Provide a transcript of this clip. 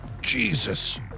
Jesus